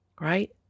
right